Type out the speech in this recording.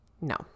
no